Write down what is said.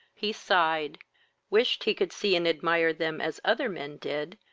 he sighed wished he could see and admire them as other men did,